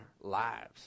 lives